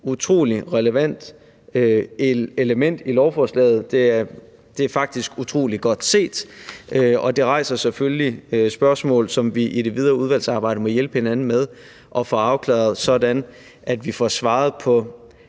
utrolig relevant element i lovforslaget. Det er faktisk utrolig godt set, og det rejser selvfølgelig spørgsmål, som vi i det videre udvalgsarbejde må hjælpe hinanden med at få afklaret, sådan at vi får svaret på